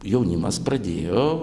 jaunimas pradėjo